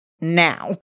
Now